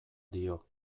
dio